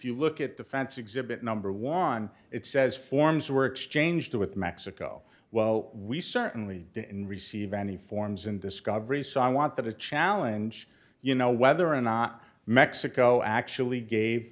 you look at the fence exhibit number one it says forms were exchanged with mexico well we certainly didn't receive any forms in discovery so i wanted to challenge you know whether or not mexico actually gave